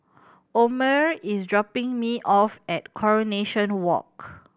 Omer is dropping me off at Coronation Walk